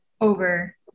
over